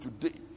today